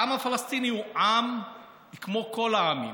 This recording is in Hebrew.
העם הפלסטיני הוא עם כמו כל העמים.